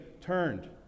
turned